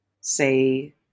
say